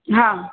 हा